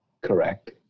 Correct